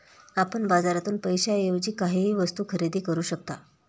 आपण बाजारातून पैशाएवजी काहीही वस्तु खरेदी करू शकता